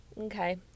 okay